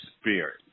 spirit